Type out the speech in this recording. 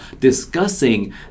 discussing